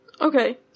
Okay